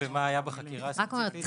ומה היה בחקירה הספציפית --- אני רק אומרת,